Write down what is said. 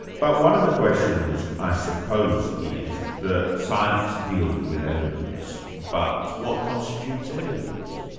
but one of the questions i suppose is that science deals with evidence, but what constitutes evidence?